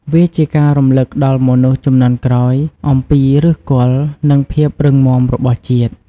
វាជាការរំលឹកដល់មនុស្សជំនាន់ក្រោយអំពីឫសគល់ និងភាពរឹងមាំរបស់ជាតិ។